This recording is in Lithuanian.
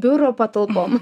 biuro patalpom